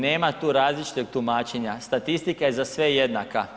Nema tu različitog tumačenja, statistika je za sve jednaka.